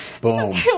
Boom